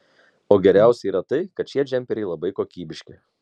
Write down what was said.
o geriausia yra tai kad šie džemperiai labai kokybiški